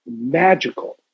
magical